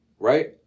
Right